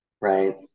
right